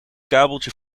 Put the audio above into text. kabeltje